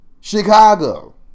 Chicago